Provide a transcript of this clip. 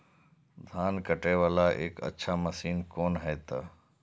धान कटे वाला एक अच्छा मशीन कोन है ते?